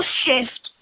shift